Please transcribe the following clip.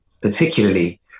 particularly